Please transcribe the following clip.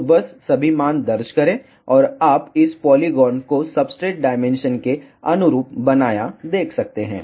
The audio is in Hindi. तो बस सभी मान दर्ज करें और आप इस पोलीगोन को सब्सट्रेट डायमेंशन के अनुरूप बनाया देख सकते हैं